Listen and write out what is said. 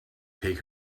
take